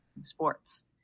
sports